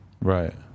Right